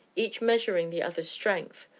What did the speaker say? each measuring the other's strength,